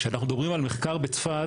כשאנחנו מדברים על מחקר בצפת,